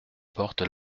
portes